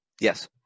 Yes